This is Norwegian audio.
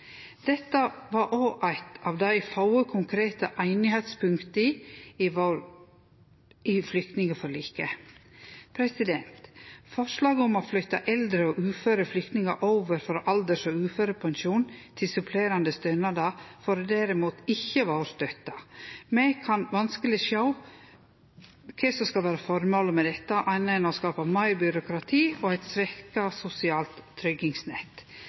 Dette var òg eitt av dei få konkrete einigheitspunkta i flyktningforliket. Forslaget om å flytte eldre og uføre flyktningar over frå alders- og uførepensjon til supplerande stønader får derimot ikkje vår støtte. Me kan vanskeleg sjå kva som skal vere føremålet med dette, anna enn å skape meir byråkrati og eit svekt sosialt tryggingsnett.